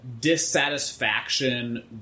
dissatisfaction